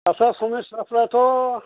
आदसा समायसाआथ'